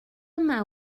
yma